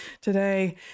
today